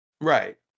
right